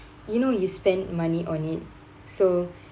you know you spend money on it so